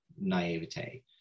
naivete